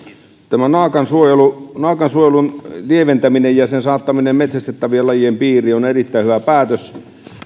tämä naakan suojelun naakan suojelun lieventäminen ja sen saattaminen metsästettävien lajien piiriin on erittäin hyvä päätös